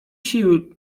sił